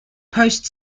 post